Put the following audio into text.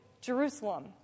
Jerusalem